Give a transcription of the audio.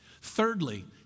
Thirdly